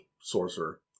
Sorcerer